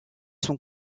son